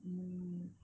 mm